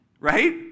right